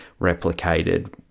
replicated